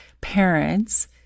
parents